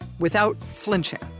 without flinching,